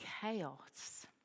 chaos